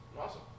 Awesome